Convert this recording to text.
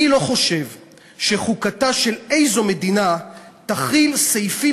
אני לא חושב שחוקתה של איזו מדינה תכיל סעיפים